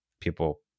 people